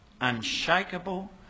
unshakable